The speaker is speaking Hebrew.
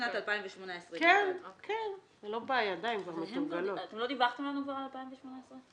2018. אתם לא דיווחתם לנו כבר על 2018?